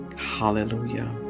hallelujah